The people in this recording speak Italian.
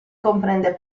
comprende